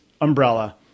umbrella